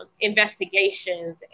investigations